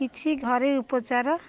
କିଛି ଘରୋଇ ଉପଚାର